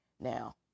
now